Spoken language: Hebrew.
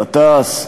גטאס,